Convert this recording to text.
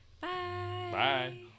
Bye